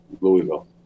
Louisville